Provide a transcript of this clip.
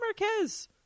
Marquez